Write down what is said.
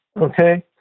Okay